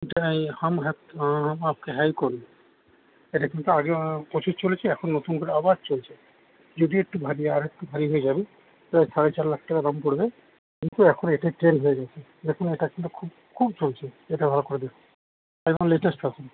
এটা এই হাম হ্যাপ আপকে হ্যায় কন এটা কিন্তু আগে প্রচুর চলেছে এখন নতুন করে আবার চলছে যদি একটু ভারী আর একটু ভারী হয়ে যাবে এটা সাড়ে চার লাখ টাকা দাম পড়বে কিন্তু এখন এটাই ট্রেন্ড হয়ে গেছে দেখুন এটা কিন্তু খুব খুব চলছে এটা ভালো করে দেখুন একদম লেটেস্ট আছে